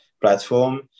platform